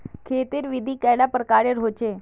खेत तेर विधि कैडा प्रकारेर होचे?